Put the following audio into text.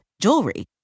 jewelry